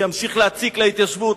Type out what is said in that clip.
שימשיך להציק להתיישבות.